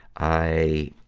i, ah,